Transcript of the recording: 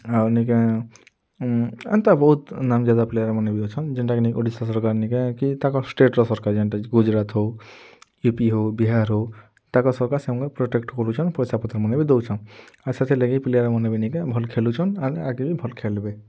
ଆଉ ନିକେଁ ଏନ୍ତା ବହୁତ୍ ନାମ୍ଜାଦା ପ୍ଲେଆର୍ମାନେ ବି ଅଛନ୍ ଯେନ୍ଟାକି ନିକେ ଓଡ଼ିଶା ସରକାର ନିକେ ତାଙ୍କର୍ ଷ୍ଟେଟ୍ର ସର୍କାର୍ ଯେନ୍ଟା ଗୁଜୁରାଟ୍ ହୋଉ ୟୁ ପି ହୋଉ ବିହାର ହୋଉ ତାଙ୍କ ସର୍କାର୍ ସେମାନ୍କେ ପ୍ରୋଟେକ୍ଟ୍ କରୁଛନ୍ ପଏସା ପତରମନେ ବି ଦୋଉଛନ୍ ଆଉ ସେଥିର୍ଲାଗି ପ୍ଲେଆର୍ମାନେ ବି ନିକେ ଭଲ୍ ଖେଲୁଚନ୍ ଆର୍ ଆଗ୍କେ ବି ଭଲ୍ ଖେଲ୍ବେ